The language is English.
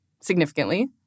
significantly